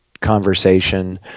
conversation